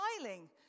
smiling